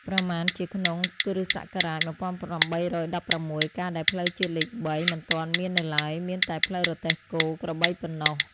ប្រមាណជាក្នុងគ. ស. ១៨១៦ កាលដែលផ្លូវជាតិលេខ ៣ មិនទាន់មាននៅឡើយ មានតែផ្លូវរទេះគោ- ក្របីប៉ុណ្ណោះ